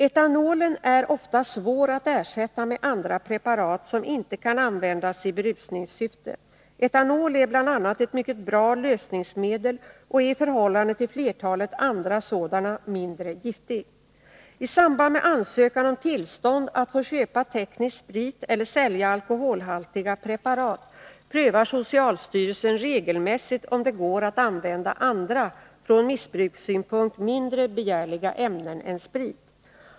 Etanolen är ofta svår att ersätta med andra preparat som inte kan användas i berusningssyfte. Etanol är bl.a. ett mycket bra lösningsmedel och är i förhållande till flertalet andra sådana mindre giftig. I samband med ansökan om tillstånd att få köpa teknisk sprit eller sälja alkoholhaltiga preparat prövar socialstyrelsen regelmässigt om det går att använda andra, från missbrukssynpunkt mindre begärliga ämnen än sprit.